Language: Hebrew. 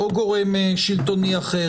או גורם שלטוני אחר,